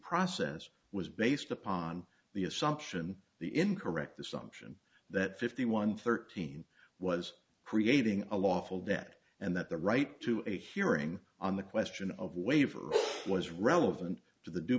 process was based upon the assumption the incorrect assumption that fifty one thirteen was creating a lawful that and that the right to a hearing on the question of waiver was relevant to the